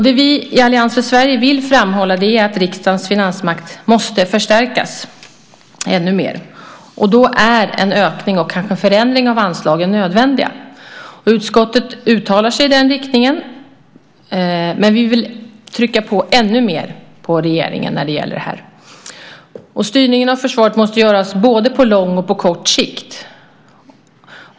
Det vi i Allians för Sverige vill framhålla är att riksdagens finansmakt måste förstärkas ännu mer. Då är en ökning, och kanske förändring, av anslagen nödvändigt. Utskottet uttalar sig i den riktningen, men vi vill trycka på regeringen ännu mer när det gäller detta. Styrningen av försvaret måste göras både på lång och kort sikt.